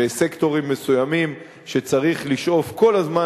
וסקטורים מסוימים שצריך לשאוף כל הזמן